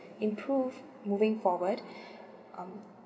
improve moving forward um